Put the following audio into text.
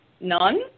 none